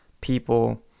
people